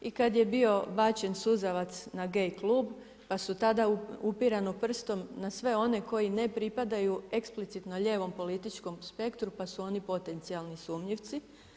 I kada je bio bačen suzavac na gay klub pa su tada upirano prstom na sve one koji ne pripadaju eksplicitno lijevom političkom spektru pa su oni potencijalni sumnjivci.